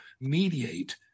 mediate